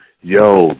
Yo